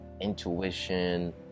intuition